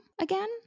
again